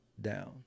down